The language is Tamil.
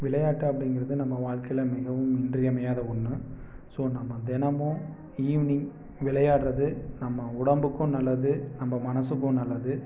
விளையாட்டு அப்படிங்கிறது நம்ம வாழ்க்கைல மிகவும் இன்றி அமையாத ஒன்று ஸோ நம்ம தினமும் ஈவினிங் விளையாடுகிறது நம்ம உடம்புக்கும் நல்லது நம்ம மனதுக்கும் நல்லது